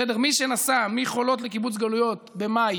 מי שנסע מחולות לקיבוץ גלויות במאי